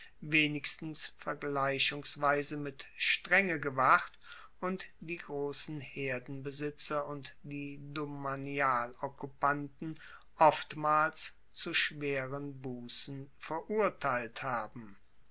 wenigstens vergleichungsweise mit strenge gewacht und die grossen herdenbesitzer und die domanialokkupanten oftmals zu schweren bussen verurteilt haben